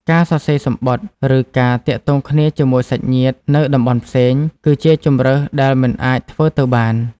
ការសរសេរសំបុត្រ ឬការទាក់ទងគ្នាជាមួយសាច់ញាតិនៅតំបន់ផ្សេង គឺជាជម្រើសដែលមិនអាចធ្វើទៅបាន។